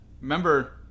remember